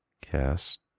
cast